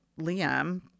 Liam